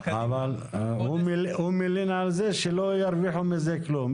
הוא מלין על זה שלא ירוויחו מזה כלום.